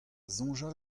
soñjal